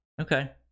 okay